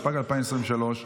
התשפ"ג 2023,